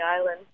Island